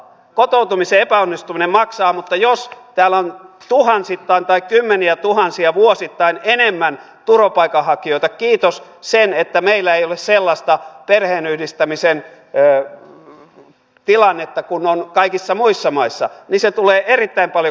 kotoutumisen epäonnistuminen maksaa mutta jos täällä on vuosittain turvapaikanhakijoita tuhansittain tai kymmeniätuhansia enemmän kiitos sen että meillä ei ole sellaista perheenyhdistämisen tilannetta kuin on kaikissa muissa maissa niin se tulee erittäin paljon kalliimmaksi